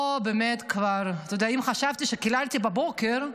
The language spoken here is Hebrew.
פה באמת כבר, אתה יודע, אם חשבתי שקיללתי בבוקר,